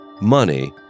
Money